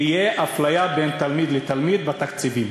תהיה אפליה בין תלמיד לתלמיד בתקציבים.